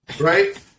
right